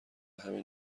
همین